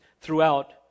throughout